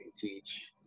teach